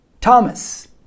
Thomas